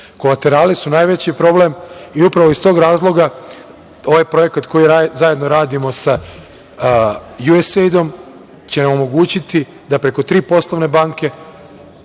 Kolaterali su najveći problem i upravo iz tog razloga ovaj projekat koji zajedno radimo sa USAID-om će nam omogućiti da preko tri poslovne banke,